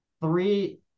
three